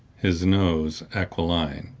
his nose aquiline,